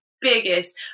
biggest